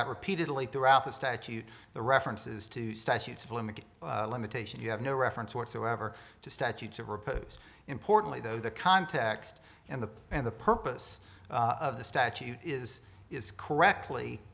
got repeatedly throughout the statute the references to statutes of limit limitation you have no reference whatsoever to statutes of repose importantly though the context and the and the purpose of the statute is is correctly